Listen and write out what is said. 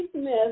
smith